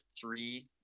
three